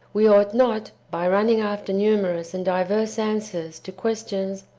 we ought not, by running after numerous and diverse answers to ques tions,